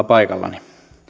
paikallani